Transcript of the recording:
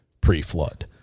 pre-flood